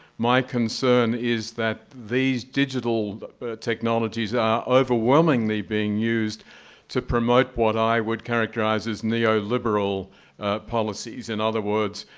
my concern is that these digital technologies are overwhelmingly being used to promote what i would characterize as neoliberal policies. in other words,